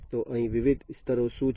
તો અહીં વિવિધ સ્તરો શું છે